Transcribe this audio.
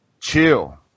chill